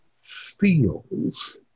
feels